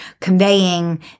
conveying